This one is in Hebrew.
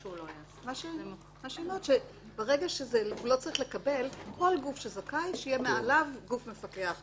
יהיה מעל כל גוף זכאי גוף מפקח.